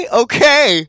okay